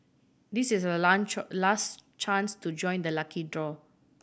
this is your last chance to join the lucky draw